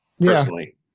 personally